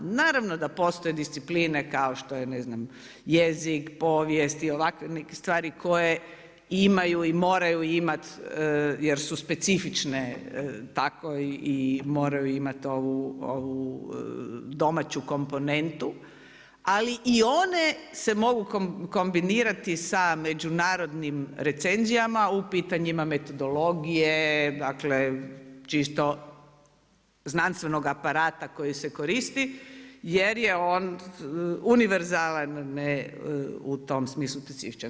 Naravno da postoje discipline kao što je jezik, povijest i ovakve neke stvari koje imaju i moraju imati jer su specifične tako i moraju imat ovu domaću komponentu, ali i one se mogu kombinirati sa međunarodnim recenzijama u pitanjima metodologije, dakle, čisto znanstvenog aparata koji se koristi jer je on univerzalan ne u tom smislu specifičan.